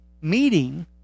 meeting